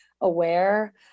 aware